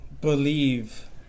believe